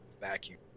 vacuum